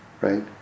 right